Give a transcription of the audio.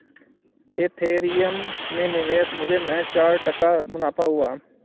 Ethereum में निवेश मुझे महज चार टका मुनाफा हुआ